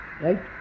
Right